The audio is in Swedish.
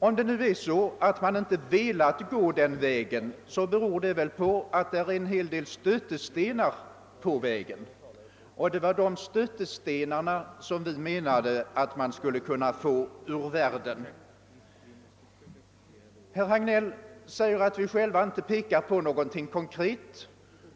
Om det förhåller sig så att företagen inte velat gå den vägen beror det väl på att det finns en hel del stötestenar på vägen. Det var dessa stötestenar som vi ansåg att man borde kunna få ur världen. Herr Hagnell säger att vi själva inte pekat på något konkret.